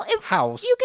house